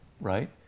right